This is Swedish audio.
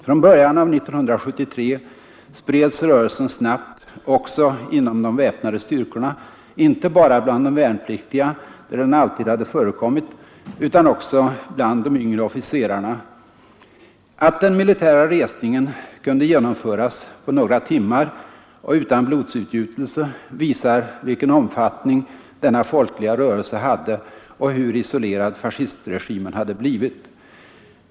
Från början av 1973 spreds rörelsen snabbt också inom de väpnade styrkorna, inte bara bland de värnpliktiga, där den alltid hade förekommit, utan också bland de yngre officerarna. Att den militära resningen kunde genom föras på några timmar och utan blodsutgjutelse visar vilken omfattning denna folkliga rörelse hade och hur isolerad fascistregimen hade blivit.